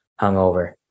hungover